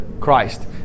Christ